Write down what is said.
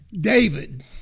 David